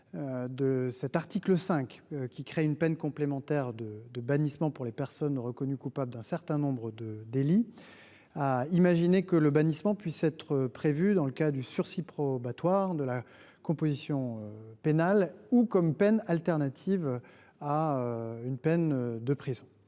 de cet article 5 créant une peine complémentaire de bannissement pour les personnes reconnues coupables de certains délits, a prévu que ledit bannissement puisse être prononcé dans le cadre du sursis probatoire, de la composition pénale ou comme peine alternative à une peine d’emprisonnement.